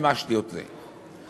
מימשתי את זה,